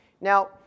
Now